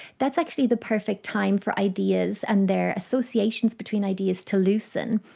that's actually the perfect time for ideas and their associations between ideas to loosen.